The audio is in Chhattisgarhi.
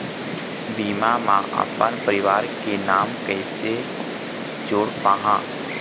बीमा म अपन परवार के नाम कैसे जोड़ पाहां?